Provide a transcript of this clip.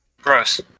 Gross